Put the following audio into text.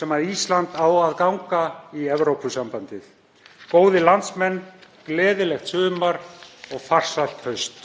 sem Ísland á að ganga í Evrópusambandið. — Góðir landsmenn. Gleðilegt sumar og farsælt haust.